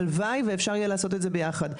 הלוואי ואפשר יהיה לעשות את זה ביחד.